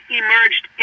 emerged